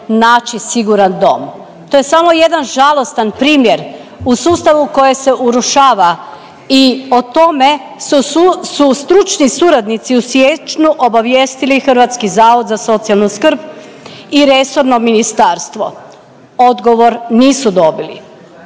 naći siguran dom, to je samo jedan žalostan primjer u sustavu koji se urušava i o tome su stručni suradnici u siječnju obavijestili Hrvatski zavod za socijalnu skrb i resorno ministarstvo, odgovor nisu dobili.